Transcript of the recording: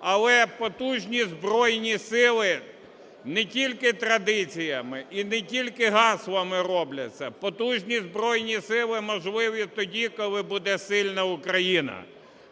Але потужні Збройні Сили не тільки традиціями і не тільки гаслами робляться, потужні Збройні Сили можливі тоді, коли буде сильна Україна.